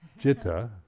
jitta